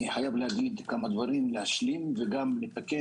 אני חייב לומר כמה דברים, להשלים ולתקן,